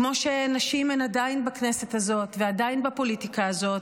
כמו שנשים הן עדיין בכנסת הזאת ועדיין בפוליטיקה הזאת